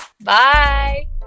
Bye